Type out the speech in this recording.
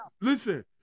listen